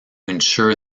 ensure